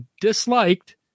disliked